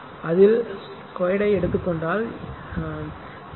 அதில் 2 ஐ எடுத்துக் கொண்டால் எல்